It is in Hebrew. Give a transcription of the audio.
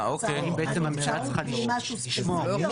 בעצם הממשלה צריכה לשמוע?